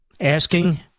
asking